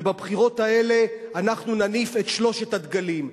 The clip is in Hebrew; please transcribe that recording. ובבחירות האלה אנחנו נניף את שלושת הדגלים.